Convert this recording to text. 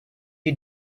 you